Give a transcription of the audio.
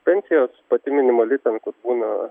pensijos pati minimali ten kur būna